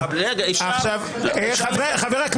גם ככה יש פה מנגנון דורסני